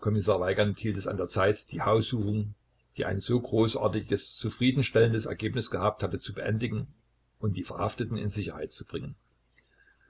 kommissar weigand hielt es an der zeit die haussuchung die ein so großartiges zufriedenstellendes ergebnis gehabt hatte zu beendigen und die verhafteten in sicherheit zu bringen